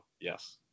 yes